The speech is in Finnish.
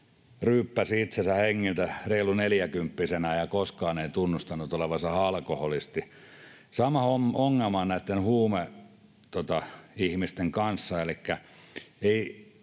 ryyppäsi itsensä hengiltä reilu neljäkymppisenä ja koskaan ei tunnustanut olevansa alkoholisti. Sama ongelma on näitten huumeihmisten kanssa.